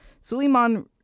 Suleiman